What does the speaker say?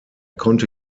konnte